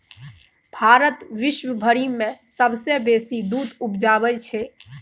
भारत विश्वभरि मे सबसँ बेसी दूध उपजाबै छै